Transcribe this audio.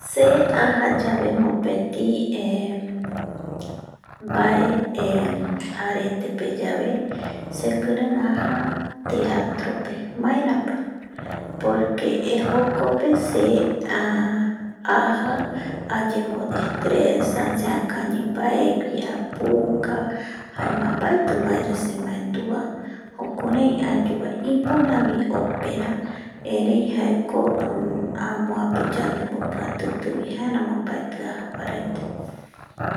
Se aja yabe mopeti arete pe, sekiren aja teatro pe, maerapa? jokope se aja ayemo destresa seakañi bae wi ,apuka jaema baeti bae re semaendua jukurai ayu, ipora bi opera erei jaeko amoape yandebo piatiti bi jaeramo baeti aja ete.